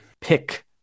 pick